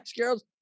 girls